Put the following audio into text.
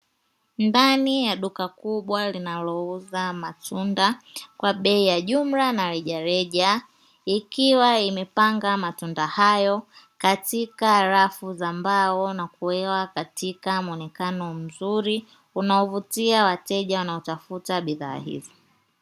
Ndani ya duka kubwa linalouza matunda kwa bei ya jumla na rejareja, ikiwa imepanga matunda hayo katika rafu za mbao na kuwekwa katika muonekano mzuri unaovutia wateja wanaotafuta bidhaa hizo.